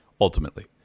Ultimately